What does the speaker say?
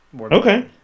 Okay